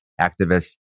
activists